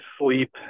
Sleep